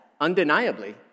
undeniably